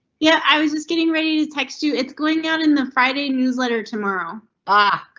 yeah, i was just getting ready to text you. it's going out in the friday newsletter tomorrow. ah